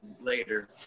later